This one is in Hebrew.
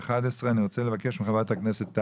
בסיון התשפ"ג.